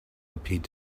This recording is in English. appeared